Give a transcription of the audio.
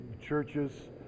churches